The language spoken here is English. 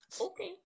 Okay